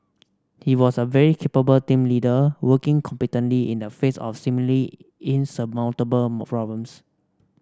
he was a very capable team leader working competently in the face of seemingly insurmountable problems